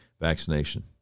vaccination